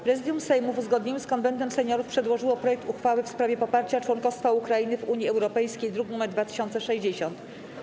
Prezydium Sejmu, w uzgodnieniu z Konwentem Seniorów, przedłożyło projekt uchwały w sprawie poparcia członkostwa Ukrainy w Unii Europejskiej, druk nr 2060.